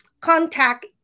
contact